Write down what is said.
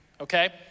okay